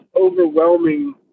overwhelming